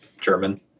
German